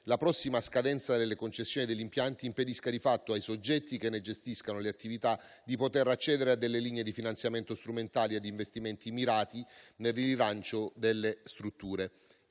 la prossima scadenza delle concessioni degli impianti impedisca di fatto ai soggetti che ne gestiscono le attività di poter accedere a linee di finanziamento strumentali e a investimenti mirati nel rilancio delle strutture.